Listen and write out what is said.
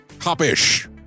Hop-ish